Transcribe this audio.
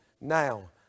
Now